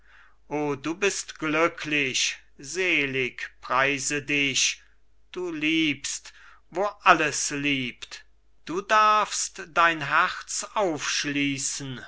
o du bist glücklich selig preise dich du liebst wo alles liebt du darfst dein herz aufschließen